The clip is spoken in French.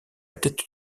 tête